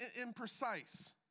imprecise